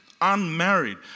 unmarried